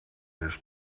his